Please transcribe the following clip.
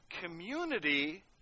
community